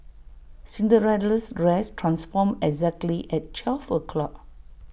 Cinderella's dress transformed exactly at twelve o' clock